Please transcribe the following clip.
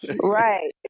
Right